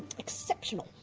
exceptional,